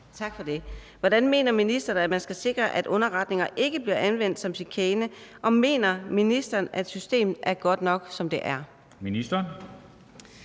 Tak for det. Hvordan mener ministeren at man skal sikre, at underretninger ikke bliver anvendt som chikane, og mener ministeren, at systemet er godt nok, som det er?